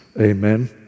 Amen